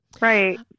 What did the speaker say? Right